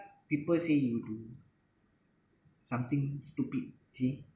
people say you do something stupid see